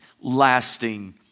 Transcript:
lasting